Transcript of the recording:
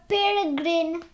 Peregrine